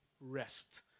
rest